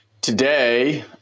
today